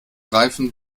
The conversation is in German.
reifen